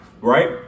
right